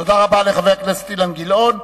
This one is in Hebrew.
תודה רבה לחבר הכנסת אילן גילאון.